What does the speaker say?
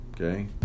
Okay